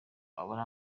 abone